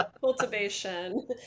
Cultivation